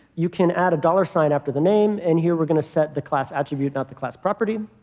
you can add a dollar sign after the name. and here we're going to set the class attribute, not the class property.